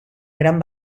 gran